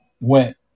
went